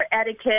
etiquette